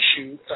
issue